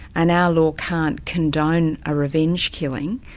and our law can't condone a revenge killing,